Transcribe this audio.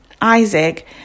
Isaac